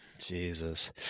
jesus